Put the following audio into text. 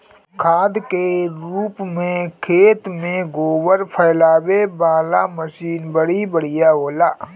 खाद के रूप में खेत में गोबर फइलावे वाला मशीन बड़ी बढ़िया होला